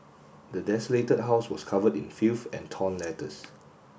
the desolated house was covered in filth and torn letters